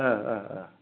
ओ ओ ओ